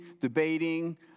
debating